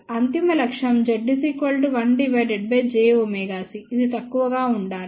అంతిమ లక్ష్యం Z 1 jωC ఇది తక్కువ గా ఉండాలి